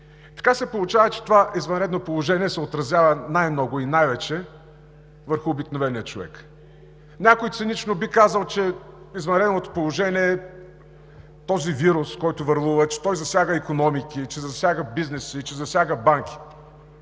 Така се получава, че това извънредно положение се отразява най-много и най-вече върху обикновения човек. Някой цинично би казал, че извънредното положение – този вирус, който върлува, засяга икономики, засяга бизнеси, засяга банки,